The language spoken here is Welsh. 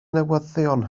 newyddion